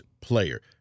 player